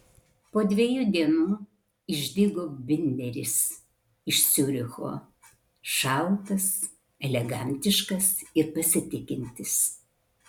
po dviejų dienų išdygo binderis iš ciuricho šaltas elegantiškas ir pasitikintis